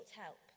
help